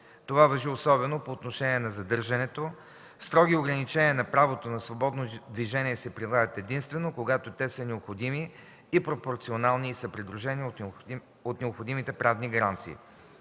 Това важи особено по отношение на задържането. Строги ограничения на правото на свободно движение се прилагат единствено когато те са необходими и пропорционални и са придружени от необходимите правни гаранции.